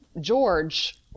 George